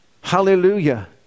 hallelujah